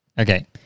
Okay